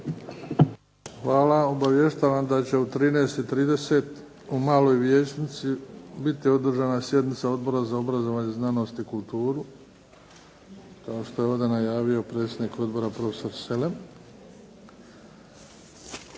Hvala. Obavještavam da će u 13,30 u “Maloj vijećnici“ biti održana sjednica Odbora za obrazovanje, znanost i kulturu kao što je ovdje najavio predsjednik odbora Selem.